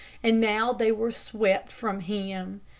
and now they were swept from him.